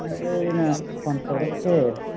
ꯑꯩꯅ ꯐꯣꯟ ꯇꯧꯔꯛꯏꯁꯦ